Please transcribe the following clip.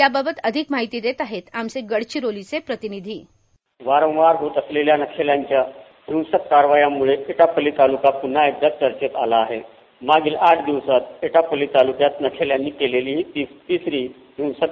याबाबत अधिक माहिती देत आहे आमचे गडचिरोलीचे प्रतिनिधी साउंड बाईट वारंवार होत असलेल्या नक्षल्यांच्या हिंसक कारवायामुळे एटापल्ली तालुका पुन्हा एकदा चर्चेत मागील आठ दिवसांत एटापल्ली तालुक्यात नक्षल्यांनी केलेली ही तिसरी हिंसक आहे